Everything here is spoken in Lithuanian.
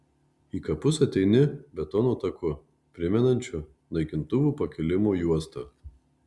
į kapus ateini betono taku primenančiu naikintuvų pakilimo juostą